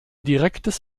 direktes